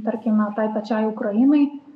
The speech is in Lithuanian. tarkime tai pačiai ukrainai